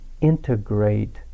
integrate